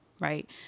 right